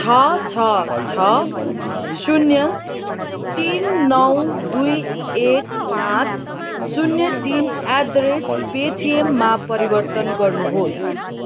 छ छ छ शून्य तिन नौ दुई एक पाँच शून्य तिन एट द रेट पेटिएममा परिवर्तन गर्नुहोस्